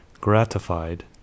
Gratified